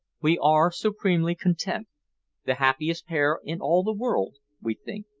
we are supremely content the happiest pair in all the world, we think.